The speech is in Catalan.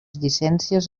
llicències